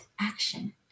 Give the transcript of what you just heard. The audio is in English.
action